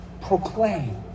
proclaim